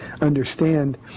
understand